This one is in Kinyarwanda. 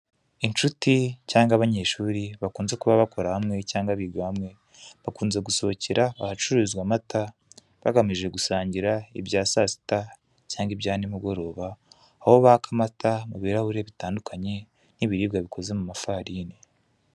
Inshuti cyangwa abanyeshuri bakunze kuba bakorera hamwe cyangwa biga hamwe bakunze gusohokera ahacururizwa amata bagamije gusangira ibya saa sita cyangwa ibya n'imugoroba, aho baka amata mu birahuri bitandukanye n'ibiribwa bikozwe mu mafarini.